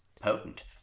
potent